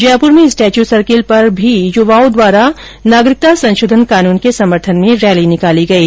जयपूर में statue circle पर भी युवाओं द्वारा नागरिकता संशोधन कानून के समर्थन में रैली निकाली गयी